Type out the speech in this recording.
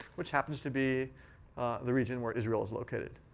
which happens to be the region where israel is located.